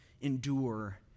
endure